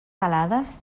alades